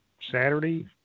Saturday